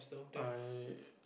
I